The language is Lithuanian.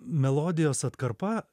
melodijos atkarpa